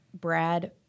Brad